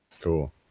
Cool